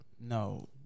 No